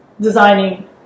designing